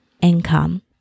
income